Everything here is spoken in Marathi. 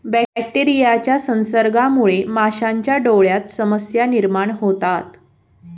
बॅक्टेरियाच्या संसर्गामुळे माशांच्या डोळ्यांत समस्या निर्माण होतात